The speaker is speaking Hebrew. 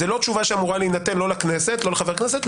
זה לא תשובה שאמורה להינתן לא לחבר כנסת,